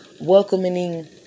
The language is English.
welcoming